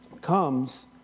comes